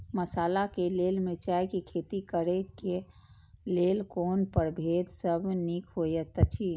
मसाला के लेल मिरचाई के खेती करे क लेल कोन परभेद सब निक होयत अछि?